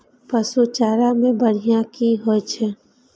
पशु चारा मैं बढ़िया की होय छै?